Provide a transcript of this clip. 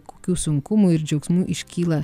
kokių sunkumų ir džiaugsmų iškyla